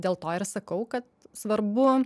dėl to ir sakau kad svarbu